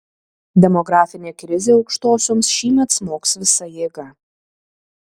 demografinė krizė aukštosioms šįmet smogs visa jėga